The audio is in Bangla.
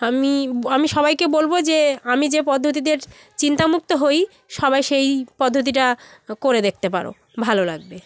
আমি আমি সবাইকে বলব যে আমি যে পদ্ধতিতে চিন্তা মুক্ত হই সবাই সেই পদ্ধতিটা করে দেখতে পারো ভালো লাগবে